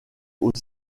aux